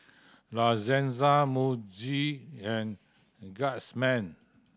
La Senza Muji and Guardsman